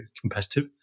competitive